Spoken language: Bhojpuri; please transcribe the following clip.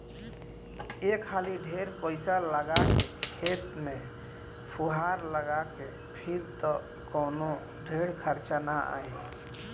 एक हाली ढेर पईसा लगा के खेत में फुहार लगा के फिर त कवनो ढेर खर्चा ना आई